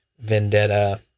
vendetta